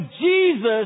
Jesus